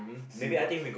she was